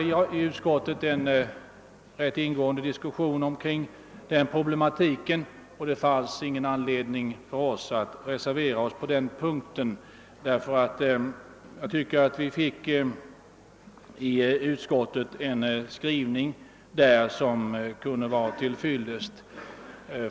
Vi diskuterade den frågan ganska ingående i utskottet, och det fanns ingen anledning för oss att reservera oss på denna punkt, eftersom vi i utskottet fick en skrivning som för tillfället kunde anses vara till fyllest.